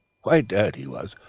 quite dead, he was,